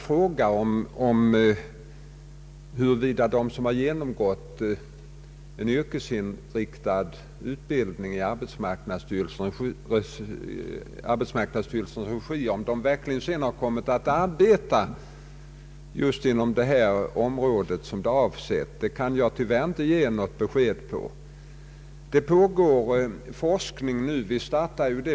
Frågan om huruvida de som har genomgått en yrkesinriktad utbildning i arbetsmarknadsstyrelsens regi sedan verkligen kommer att arbeta inom just det område som de har tänkt sig kan jag tyvärr inte ge besked om.